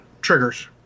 triggers